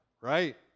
right